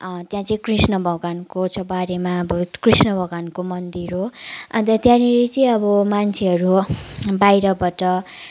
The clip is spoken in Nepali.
त्यहाँ चाहिँ कृष्ण भगवानको छ बारेमा अब कृष्ण भगवानको मन्दिर हो अन्त त्यहाँनिर चाहिँ अब मान्छेहरू बाहिरबाट